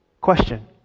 Question